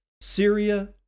Syria